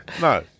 no